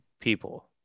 people